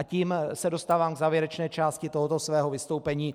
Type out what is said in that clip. Tím se dostávám k závěrečné části tohoto svého vystoupení.